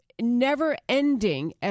never-ending